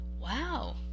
Wow